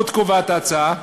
עוד קובעת ההצעה,